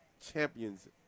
champions